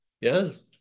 yes